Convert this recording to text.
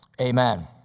Amen